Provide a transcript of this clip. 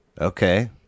Okay